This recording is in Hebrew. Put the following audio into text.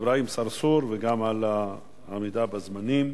אברהים צרצור, גם על העמידה בזמנים.